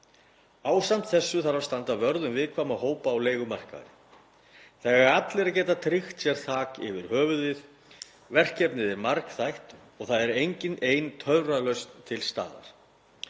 Ásamt þessu þarf að standa vörð um viðkvæma hópa á leigumarkaði. Það eiga allir að geta tryggt sér þak yfir höfuðið. Verkefnið er margþætt og það er engin ein töfralausn til staðar,